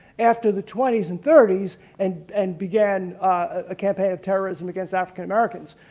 after the twenty s and thirty s and and began a campaign of terrorism against african-american,